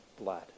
blood